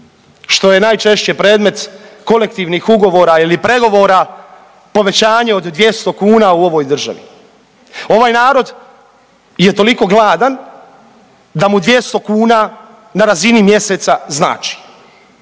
što je najčešće predmet kolektivnih ugovora ili pregovora povećanje od 200 kuna u ovoj državi. Ovaj narod je toliko gladan da mu 200 kuna na razini mjeseca znači.